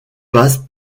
passe